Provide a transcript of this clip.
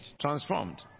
transformed